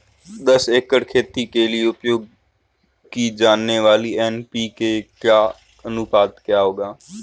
दस एकड़ खेती के लिए उपयोग की जाने वाली एन.पी.के का अनुपात क्या होगा?